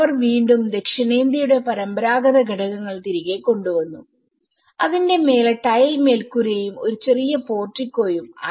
അവർ വീണ്ടും ദക്ഷിണേന്ത്യയുടെ പരമ്പരാഗത ഘടകങ്ങൾ തിരികെ കൊണ്ടുവന്നു അതിന്റെ മേലെ ടൈൽ മേൽക്കൂരയും ഒരു ചെറിയ പോർട്ടിക്കോയും ആയി